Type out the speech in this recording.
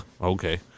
Okay